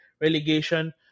relegation